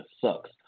sucks